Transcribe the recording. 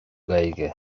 gaeilge